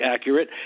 accurate